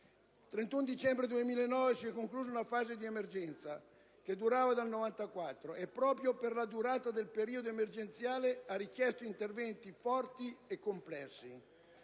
Il 31 dicembre 2009 si è conclusa una fase di emergenza che durava dal 1994 e proprio per la durata del periodo emergenziale ha richiesto interventi forti e complessi.